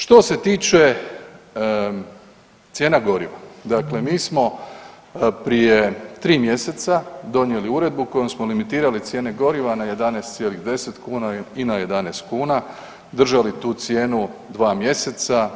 Što se tiče cijena goriva, dakle mi smo prije 3 mjeseca donijeli uredbu kojom smo limitirali cijene goriva na 11,10 kuna i na 11 kuna, držali tu cijenu 2 mjeseca.